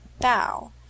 bow